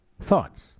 thoughts